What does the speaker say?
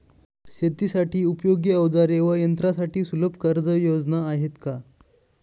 शेतीसाठी उपयोगी औजारे व यंत्रासाठी सुलभ कर्जयोजना आहेत का?